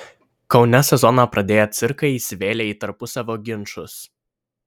kaune sezoną pradėję cirkai įsivėlė į tarpusavio ginčus